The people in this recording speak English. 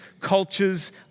cultures